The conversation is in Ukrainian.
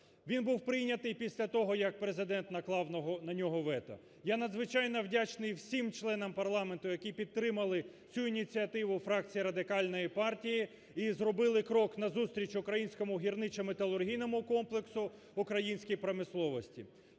Він був прийнятий після того, як Президент наклав на нього вето. Я надзвичайно вдячний всім членам парламенту, які підтримали цю ініціативу фракції Радикальної партії і зробили крок на зустріч українському гірничо-металургійному комплексу, українській промисловості.